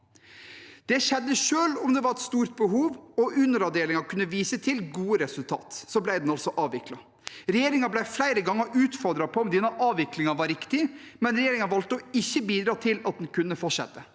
ni timer. Selv om det var et stort behov og underavdelingen kunne vise til gode resultat, ble den altså avviklet. Regjeringen ble flere ganger utfordret på om denne avviklingen var riktig, men regjeringen valgte ikke å bidra til at den kunne fortsette.